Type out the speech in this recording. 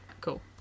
Cool